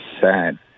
sad